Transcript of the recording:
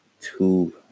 two